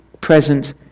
present